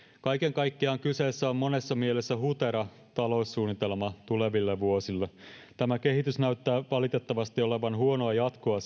kaiken kaikkiaan kyseessä on monessa mielessä hutera taloussuunnitelma tuleville vuosille tämä kehitys näyttää valitettavasti olevan huonoa jatkoa